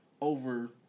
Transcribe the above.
over